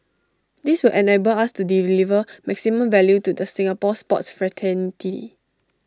this will enable us to deliver maximum value to the Singapore sports fraternity